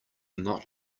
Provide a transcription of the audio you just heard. not